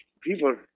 People